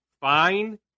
fine